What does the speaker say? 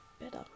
better